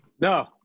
no